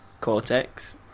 Cortex